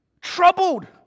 troubled